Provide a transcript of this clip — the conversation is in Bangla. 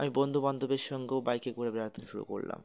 আমি বন্ধু বান্ধবের সঙ্গেও বাইকে করে বেড়াতে শুরু করলাম